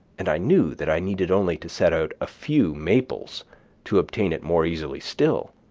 and i knew that i needed only to set out a few maples to obtain it more easily still,